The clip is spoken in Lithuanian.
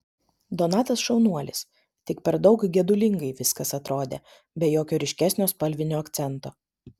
donatas šaunuolis tik per daug gedulingai viskas atrodė be jokio ryškesnio spalvinio akcento